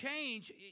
change